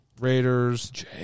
Raiders